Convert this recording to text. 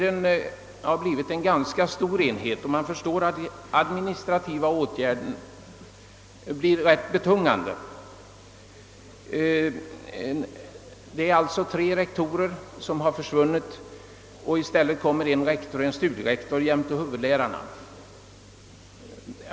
Det har blivit en ganska stor enhet, och de adminstrativa åtgärderna blir rätt betungande. Tre rektorer har i dessa fall ersatts av en rektor, en studierektor jämte huvudlärarna.